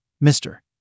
mister